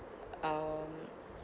um